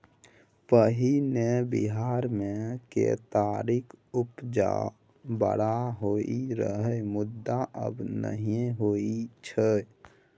पहिने बिहार मे केतारीक उपजा बड़ होइ रहय मुदा आब नहि होइ छै